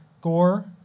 Gore